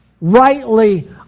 rightly